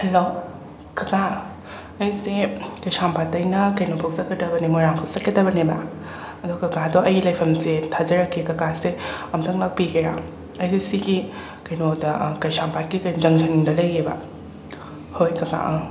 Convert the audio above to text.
hello ꯀꯀꯥ ꯑꯩꯁꯦ ꯀꯩꯁꯥꯝꯄꯥꯠꯇꯩꯅ ꯀꯩꯅꯣꯕꯧ ꯆꯠꯀꯗꯕꯅꯦ ꯃꯣꯏꯔꯥꯡ ꯐꯥꯎ ꯆꯠꯀꯗꯕꯅꯦꯕ ꯑꯗꯣ ꯀꯀꯥꯗꯣ ꯑꯩ ꯂꯩꯐꯝꯁꯦ ꯊꯥꯖꯔꯛꯀꯦ ꯀꯀꯥꯁꯦ ꯑꯝꯇꯪ ꯂꯥꯛꯄꯤꯒꯦꯔꯥ ꯑꯩꯁꯦ ꯁꯤꯒꯤ ꯀꯩꯅꯣꯗ ꯀꯩꯁꯝꯄꯥꯠꯀꯤ ꯖꯪꯁꯟꯗ ꯂꯩꯌꯦꯕ ꯍꯣꯏ ꯀꯀꯥ ꯑꯪ